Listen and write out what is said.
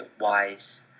wise